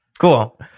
cool